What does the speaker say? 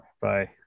Bye